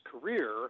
career